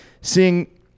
seeing